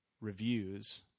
reviews